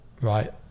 right